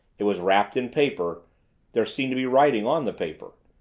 it was wrapped in paper there seemed to be writing on the paper.